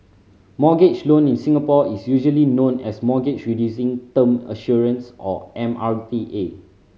mortgage loan in Singapore is usually known as Mortgage Reducing Term Assurance or M R T A